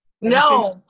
No